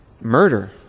murder